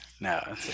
no